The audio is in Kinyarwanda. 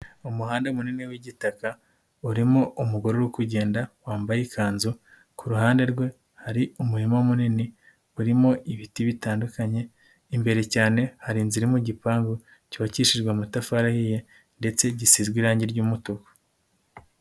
Umuhanda munini w'igitaka urimo umugore uri kugenda wambaye ikanzu, ku ruhande rwe hari umurima munini urimo ibiti bitandukanye, imbere cyane hari inzu iri mu gipangu cyubakishijwe amatafari ahiye ndetse gisizwe irangi ry'umutuku.